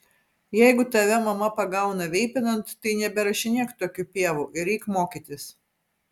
jeigu tave mama pagauna veipinant tai neberašinėk tokių pievų ir eik mokytis